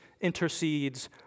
intercedes